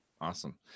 Awesome